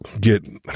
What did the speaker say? get